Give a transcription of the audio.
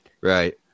Right